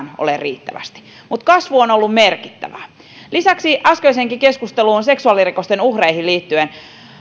ole riittävästi mutta kasvu on ollut merkittävää lisäksi äskeiseen keskusteluun ja seksuaalirikosten uhreihin liittyen